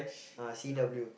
ah C_W